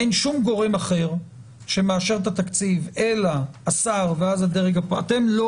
אין שום גורם אחר שמאשר את התקציב אלא השר ואת הדרג - אתם לא